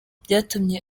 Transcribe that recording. byatumye